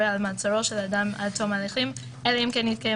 על מעצרו של אדם עד תום ההליכים אלא אם כן התקיים